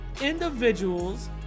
individuals